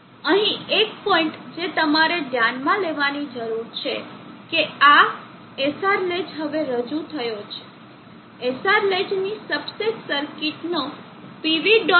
અહીં એક પોઈન્ટ જે તમારે ધ્યાનમાં લેવાની જરૂર છે કે આ SR લેચ હવે રજૂ થયો છે SR લેચની સબસેટ સર્કિટનો pv